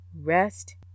rest